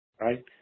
right